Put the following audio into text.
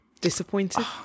Disappointed